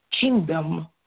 kingdom